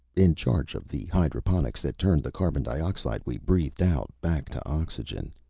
in charge of the hydroponics that turned the carbon dioxide we breathed out back to oxygen,